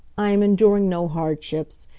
i am enduring no hardships.